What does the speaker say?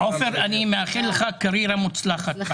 עופר, אני מאחל לך קריירה מוצלחת.